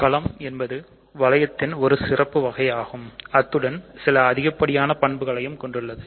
களம் என்பது வளையத்தின் ஒரு சிறப்பு வகை ஆகும் அத்துடன் சில அதிகப்படியான பண்புகளை கொண்டுள்ளது